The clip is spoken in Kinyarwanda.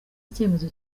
icyemezo